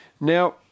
now